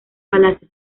palacio